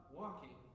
walking